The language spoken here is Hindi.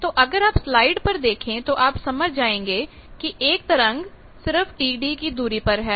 तो अगर आप स्लाइड पर देखें तो आप समझ जाएंगे की एक तरंग सिर्फ Td की दूरी पर है